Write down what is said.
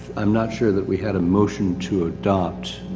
i'm not sure that we had a motion to adopt,